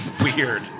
Weird